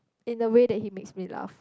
in the way that he makes me laugh